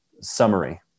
summary